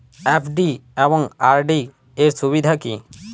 FD এবং RD এর সুবিধা কী?